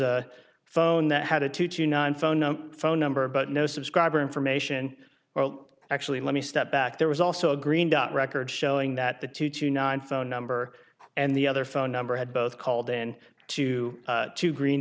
a phone that had a two to nine phone no phone number but no subscriber information well actually let me step back there was also a green dot record showing that the two to nine phone number and the other phone number had both called in to two green